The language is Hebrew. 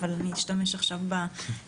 אבל אני אשתמש בטלפון.